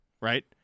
right